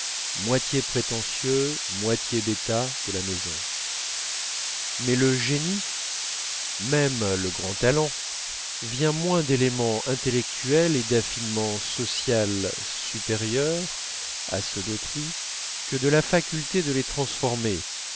moitié prétentieux moitié bêta de la maison mais le génie même le grand talent vient moins d'éléments intellectuels et d'affinement spécial supérieurs à ceux d'autrui que de la faculté de les transformer